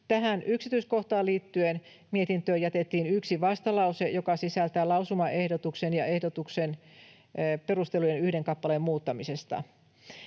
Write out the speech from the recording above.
Tähän yksityiskohtaan liittyen mietintöön jätettiin yksi vastalause, joka sisältää lausumaehdotuksen ja ehdotuksen perustelujen yhden kappaleen muuttamisesta.